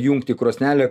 jungti krosnelę